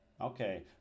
Okay